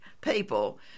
people